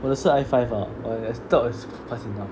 我的是 I five ah